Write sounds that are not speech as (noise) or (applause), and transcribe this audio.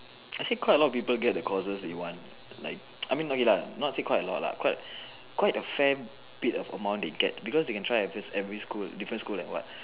actually quite a lot of people get the courses that you want like (noise) I mean not it lah not say quite a lot lah quite quite a fair bit of amount they get because they can try appeal every school different school like what